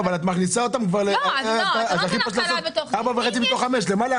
אבל את מכניסה אותם לארבע וחצי מתוך חמש.